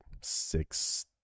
six